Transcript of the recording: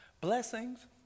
Blessings